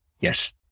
yes